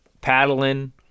paddling